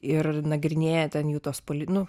ir nagrinėja ten jų tuos poli nu